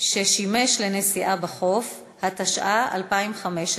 ששימש לנסיעה בחוף), התשע"ה 2015,